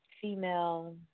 Female